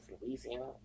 Louisiana